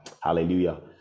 Hallelujah